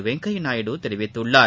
வெங்கய்யா நாயுடு தெரிவித்துள்ளார்